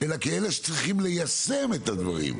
אלא כאלה שצריכים ליישם את הדברים.